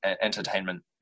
entertainment